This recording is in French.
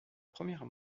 première